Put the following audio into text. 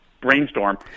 brainstorm